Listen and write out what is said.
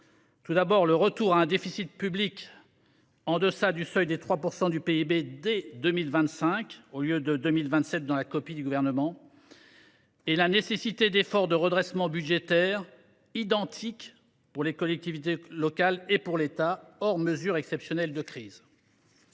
approuve : le retour à un déficit public en deçà du seuil des 3 % du PIB dès 2025, au lieu de 2027 dans la copie du Gouvernement ; la nécessité d’efforts de redressement budgétaire identiques pour les collectivités locales et pour l’État, hors mesures exceptionnelles de crise.